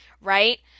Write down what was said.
right